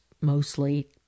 mostly